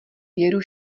věru